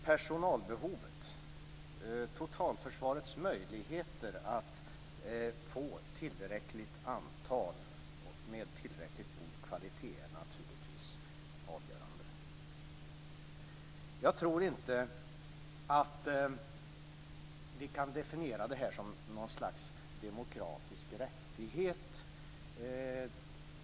Personalbehovet, dvs. totalförsvarets möjligheter att få ett tillräckligt antal med tillräckligt god kvalitet, är naturligtvis avgörande. Jag tror inte att vi kan definiera detta som något slags demokratisk rättighet.